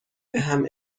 بهم